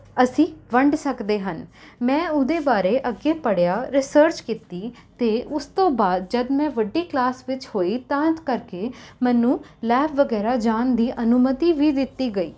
ਅਸੀਂ ਵੰਡ ਸਕਦੇ ਹਨ ਮੈਂ ਉਹਦੇ ਬਾਰੇ ਅੱਗੇ ਪੜ੍ਹਿਆ ਰਿਸਰਚ ਕੀਤੀ ਅਤੇ ਉਸ ਤੋਂ ਬਾਅਦ ਜਦ ਮੈਂ ਵੱਡੀ ਕਲਾਸ ਵਿੱਚ ਹੋਈ ਤਾਂ ਕਰਕੇ ਮੈਨੂੰ ਲੈਬ ਵਗੈਰਾ ਜਾਣ ਦੀ ਅਨੁਮਤੀ ਵੀ ਦਿੱਤੀ ਗਈ